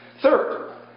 Third